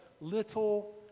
little